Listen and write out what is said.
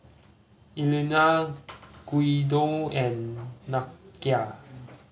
Elna Guido and Nakia